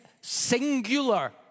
singular